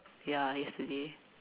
ya yesterday